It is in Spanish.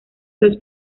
los